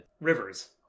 Rivers